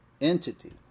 entity